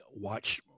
watch